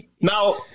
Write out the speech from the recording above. Now